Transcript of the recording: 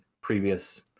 previous